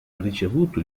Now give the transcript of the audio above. ricevuto